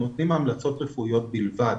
אנחנו נותנים המלצות רפואיות בלבד.